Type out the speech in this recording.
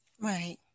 Right